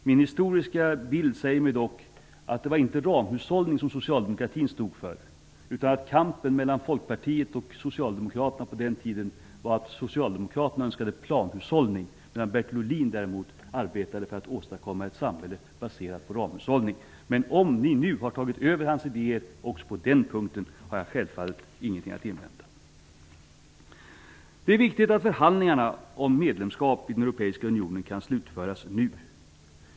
Min historika bild är dock den, att det inte var ramhushållning som socialdemokratin stod för, utan att kampen mellan Folkpartiet och Socialdemokraterna på den tiden gick ut på att Socialdemokraterna önskade planhushållning, medan Bertil Ohlin däremot arbetade för att åstadkomma ett samhälle baserat på ramhushållning. Men om ni nu har tagit över hans idéer också på den punkten, har jag självfallet ingenting att invända. Det är viktigt att förhandlingarna om medlemskap i den europeiska unionen kan slutföras nu.